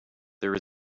there